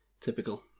Typical